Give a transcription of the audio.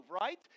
right